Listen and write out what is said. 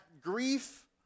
grief